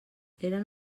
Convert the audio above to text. eren